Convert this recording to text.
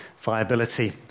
viability